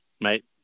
Mate